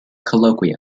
colloquium